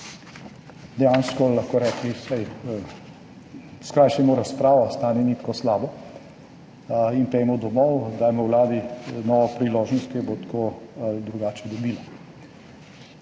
dejansko lahko rekli, skrajšajmo razpravo, stanje ni tako slabo in pojdimo domov, dajmo vladi novo priložnost, ki jo bo tako ali drugače dobila,